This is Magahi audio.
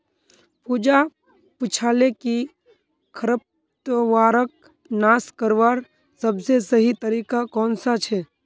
पूजा पूछाले कि खरपतवारक नाश करवार सबसे सही तरीका कौन सा छे